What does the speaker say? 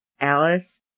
Alice